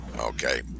Okay